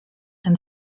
and